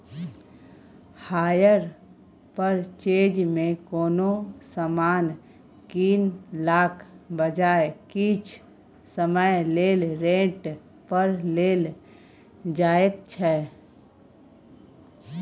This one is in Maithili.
हायर परचेज मे कोनो समान कीनलाक बजाय किछ समय लेल रेंट पर लेल जाएत छै